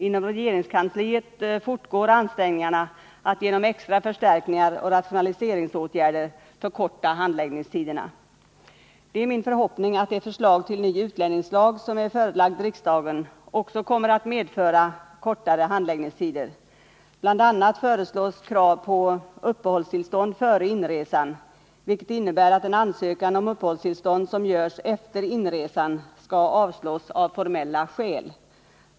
Inom regeringskansliet fortgår ansträngningarna att genom extra förstärkningar och rationaliseringsåtgärder förkorta handläggningstiderna. Det är min förhoppning att det förslag till ny utlänningslag som är förelagt riksdagen också kommer att medföra kortare handläggningstider. BI. a. föreslås krav på uppehållstillstånd före inresan, vilket innebär att en ansökan om uppehållstillstånd som görs efter inresan skall avslås av formella skäl.